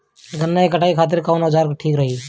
गन्ना के कटाई खातिर कवन औजार ठीक रही?